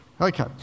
Okay